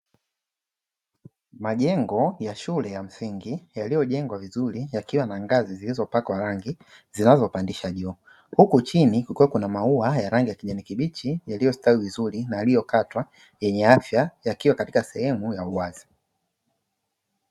Majengo ya shule ya msingi yaliyojengwa vizuri yakiwa na ngazi zilizopakwa rangi zinazopandisha juu, huku chini kukiwa kuna maua ya rangi ya kijani kibichi yaliyostawi vizuri na yaliyokatwa yenye afya yakiwa katika sehemu ya uwazi.